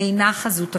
אינה חזות הכול.